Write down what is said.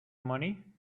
money